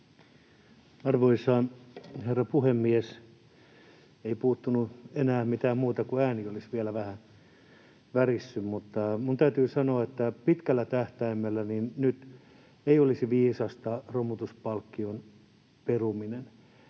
Arvoisa herra puhemies! Ei puuttunut enää mitään muuta, kuin että ääni olisi vielä vähän värissyt. Mutta minun täytyy sanoa, että pitkällä tähtäimellä nyt ei olisi viisasta romutuspalkkion peruminen.